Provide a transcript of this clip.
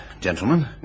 Gentlemen